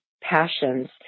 passions